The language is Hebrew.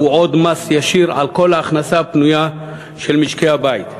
הוא עוד מס ישיר על כל ההכנסה הפנויה של משקי-הבית.